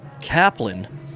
Kaplan